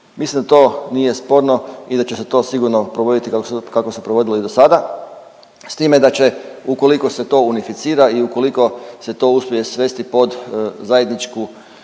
Mislim da to nije sporno i da će se to sigurno provoditi kako se, kako se provodilo i do sada s time da će ukoliko se to unificira i ukoliko se to uspije svesti pod zajedničku,